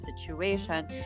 situation